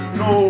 no